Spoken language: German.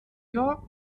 york